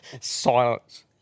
silence